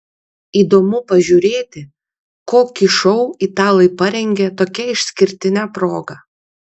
įdomu pažiūrėti kokį šou italai parengė tokia išskirtine proga